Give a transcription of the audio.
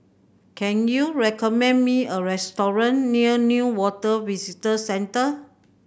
can you recommend me a restaurant near Newater Visitor Centre